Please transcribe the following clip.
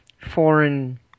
foreign